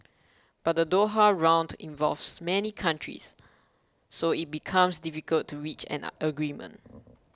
but the Doha Round involves many countries so it becomes difficult to reach an agreement